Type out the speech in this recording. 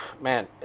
man